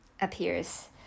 appears